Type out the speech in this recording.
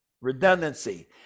redundancy